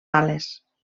ales